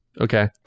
Okay